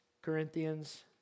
Corinthians